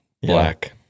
Black